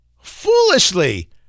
foolishly